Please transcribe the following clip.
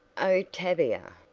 oh, tavia!